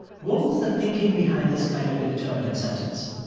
what was the thinking behind this kind of indeterminate sentence?